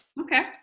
Okay